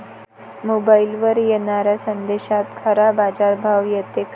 मोबाईलवर येनाऱ्या संदेशात खरा बाजारभाव येते का?